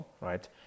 right